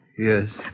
Yes